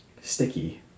sticky